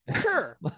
sure